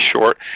short